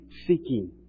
seeking